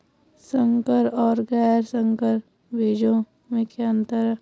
संकर और गैर संकर बीजों में क्या अंतर है?